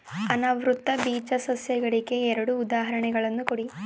ಅನಾವೃತ ಬೀಜ ಸಸ್ಯಗಳಿಗೆ ಎರಡು ಉದಾಹರಣೆಗಳನ್ನು ಕೊಡಿ